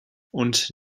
und